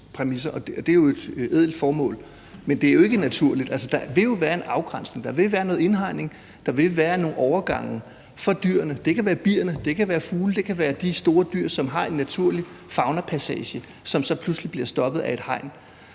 præmisser, og det er jo et ædelt formål, men det er jo ikke naturligt. Der vil jo være en afgrænsning, der vil være noget indhegning, der vil være nogle overgange for dyrene – det kan være bierne, det kan være fuglene, det kan være de store dyr, som har en naturlig faunapassage, som så pludselig bliver stoppet af et hegn.